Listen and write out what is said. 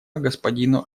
господину